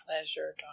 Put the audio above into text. pleasure